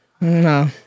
No